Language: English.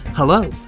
Hello